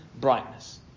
brightness